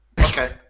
Okay